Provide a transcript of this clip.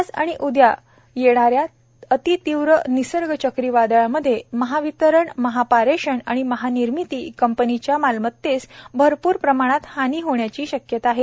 आज आणि उद्या येणाऱ्या अति तीव्र निसर्ग चक्रीवादळामध्ये महावितरण महापारेषण आणि महानिर्मिती कंपनीच्या मालमत्तेस अरपूर प्रमाणात हानी होण्याची शक्यता आहे